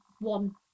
one